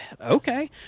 okay